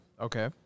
Okay